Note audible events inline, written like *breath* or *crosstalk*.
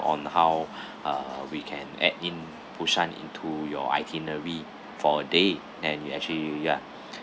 on how *breath* uh we can add in busan into your itinerary for a day and you actually ya *breath*